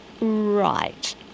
Right